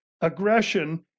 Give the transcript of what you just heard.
aggression